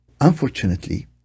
unfortunately